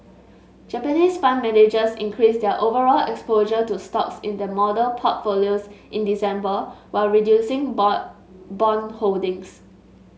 Japanese fund managers increased their overall exposure to stocks in their model portfolios in December while reducing bond bond holdings